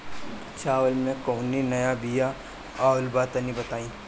चावल के कउनो नया बिया आइल बा तनि बताइ?